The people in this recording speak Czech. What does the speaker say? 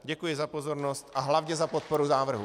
Děkuji za pozornost a hlavně za podporu návrhu.